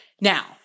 Now